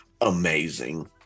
amazing